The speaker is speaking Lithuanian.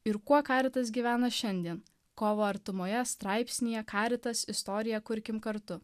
ir kuo karitas gyvena šiandien kovo artumoje straipsnyje karitas istoriją kurkim kartu